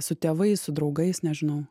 su tėvais su draugais nežinau